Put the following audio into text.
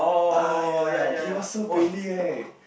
ah ya he was so friendly right